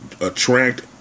attract